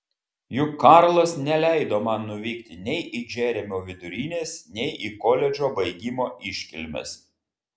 juk karlas neleido man nuvykti nei į džeremio vidurinės nei į koledžo baigimo iškilmes